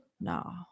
No